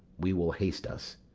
we will haste us.